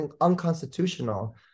unconstitutional